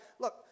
look